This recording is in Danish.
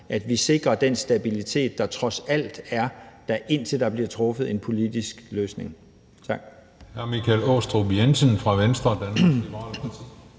at vi sikrer den stabilitet, der trods alt er, indtil der bliver fundet en politisk løsning. Tak.